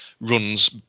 runs